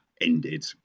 ended